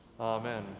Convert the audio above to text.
Amen